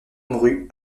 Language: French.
mourut